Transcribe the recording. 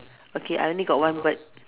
okay I only got one bird